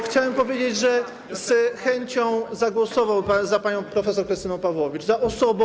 Chciałem powiedzieć, że z chęcią zagłosowałbym za panią prof. Krystyną Pawłowicz, za osobą.